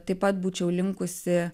taip pat būčiau linkusi